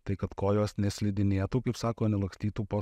tai kad kojos neslidinėtų kaip sako nelakstytų po